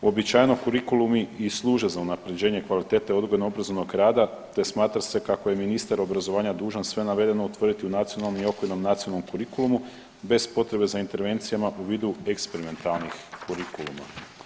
Uobičajeno, kurikulumi i služe za unaprjeđenje kvalitete odgojno-obrazovnog rada te smatra se kako je ministar obrazovanja dužan sve navedeno utvrditi u nacionalne i okvirnom nacionalnom kurikulumu bez potrebama za intervencijama u vidu eksperimentalnih kurikuluma.